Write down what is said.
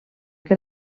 que